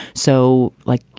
so, like,